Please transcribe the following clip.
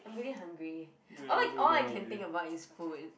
I'm really hungry all I all I can think about is food